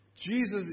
Jesus